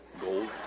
Gold